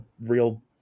real